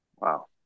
Wow